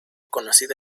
conocida